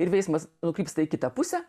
ir veiksmas nukrypsta į kitą pusę